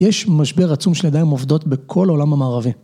יש משבר עצום של ידיים עובדות בכל העולם המערבי